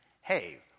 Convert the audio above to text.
hey